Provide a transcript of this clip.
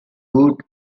route